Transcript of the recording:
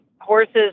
horses